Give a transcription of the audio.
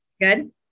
good